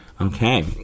Okay